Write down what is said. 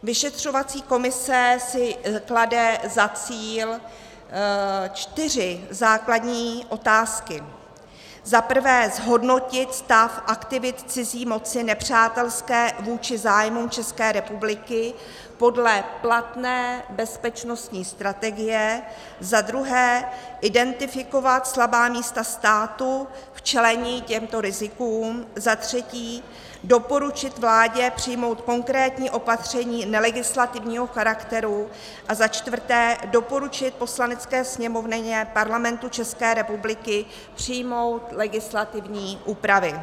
Vyšetřovací komise si klade za cíl čtyři základní otázky: zaprvé zhodnotit stav aktivit cizí moci nepřátelské vůči zájmům České republiky podle platné bezpečnostní strategie, zadruhé identifikovat slabá místa státu v čelení těmto rizikům, zatřetí doporučit vládě přijmout konkrétní opatření nelegislativního charakteru a začtvrté doporučit Poslanecké sněmovně Parlamentu České republiky přijmou legislativní úpravy.